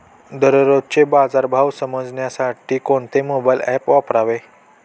दररोजचे बाजार भाव समजण्यासाठी कोणते मोबाईल ॲप वापरावे?